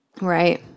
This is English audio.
Right